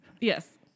Yes